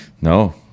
No